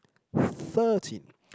thirteen